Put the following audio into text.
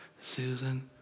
Susan